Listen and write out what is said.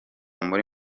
muri